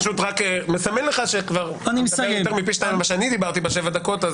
מסמן לך שאתה פי שניים מהזמן שאני דיברתי בשבע הדקות.